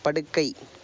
படுக்கை